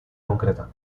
concreta